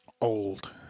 old